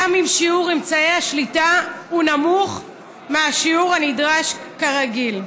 גם אם שיעור אמצעי השליטה הוא נמוך מהשיעור הנדרש כרגיל,